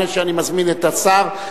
לפני שאני מזמין את השר,